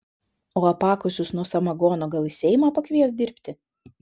o apakusius nuo samagono gal į seimą pakvies dirbti